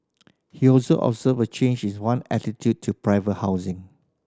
he also observed a change is one attitude to private housing